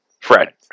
Fred